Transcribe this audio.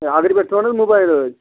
اَہَن حظ مےٚ ترٛٲیاو نا موبایل ٲدۍ